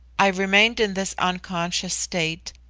i remained in this unconscious state,